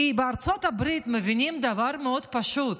כי בארצות הברית מבינים דבר מאוד פשוט: